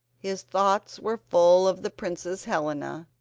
his thoughts were full of the princess helena,